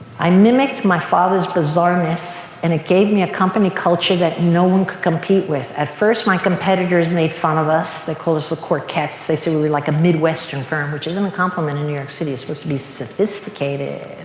i mimic my father's bizarreness and it gave me a company culture that no one could compete with. at first, my competitors made fun of us. they called us the corchettes. they said we were like a midwestern firm, which isn't a compliment in new york city. you're supposed to be sophisticated,